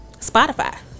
Spotify